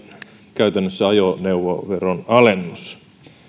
käytännössä ajoneuvoveron alennus ja